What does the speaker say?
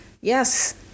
yes